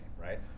right